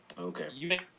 Okay